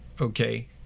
Okay